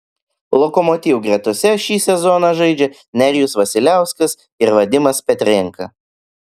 lokomotiv gretose šį sezoną žaidžia nerijus vasiliauskas ir vadimas petrenka